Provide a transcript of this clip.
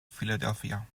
philadelphia